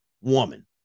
woman